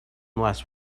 last